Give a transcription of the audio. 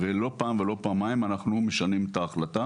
לא פעם ולא פעמיים אנחנו משנים את ההחלטה